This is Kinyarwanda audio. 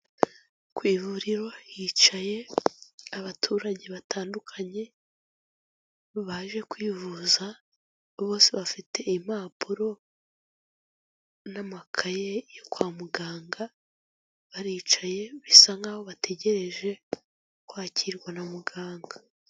Ku ivuriro hicaye abaturage batandukanye baje kwivuza, bose bafite impapuro n'amakaye yo kwa muganga, baricaye bisa nk'aho bategereje kwakirwa na muganga.